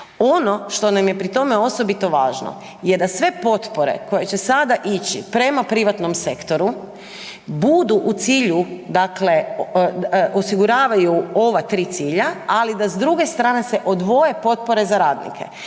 Ono što nam je pri tome osobito važno je da sve potpore koje će sada ići prema privatnom sektoru budu u cilju dakle osiguravaju ova tri cilja, ali da s druge strane se odvoje potpore za radnike.